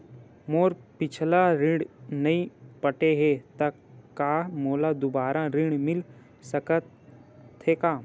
मोर पिछला ऋण नइ पटे हे त का मोला दुबारा ऋण मिल सकथे का?